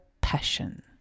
passion